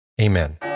Amen